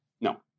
No